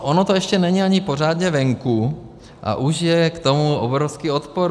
Ono to ještě ani není pořádně venku, a už je k tomu obrovský odpor.